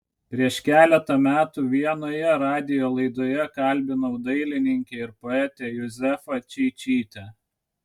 prieš keletą metų vienoje radijo laidoje kalbinau dailininkę ir poetę juzefą čeičytę